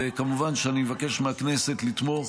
וכמובן שאני מבקש מהכנסת לתמוך